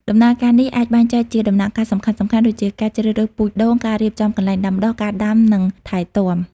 ដំណើរការនេះអាចបែងចែកជាដំណាក់កាលសំខាន់ៗដូចជា ការជ្រើសរើសពូជដូង ការរៀបចំកន្លែងដាំដុះ ការដាំ និងថែទាំ។